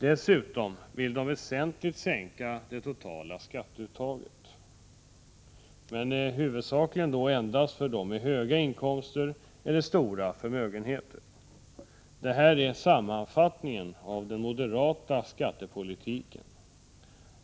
Dessutom vill den väsentligt sänka det totala skatteuttaget, men huvudsakligen endast för dem med höga inkomster eller stora förmögenheter. Detta är sammanfattningen av den moderata skattepolitiken.